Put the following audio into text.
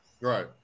Right